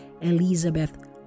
Elizabeth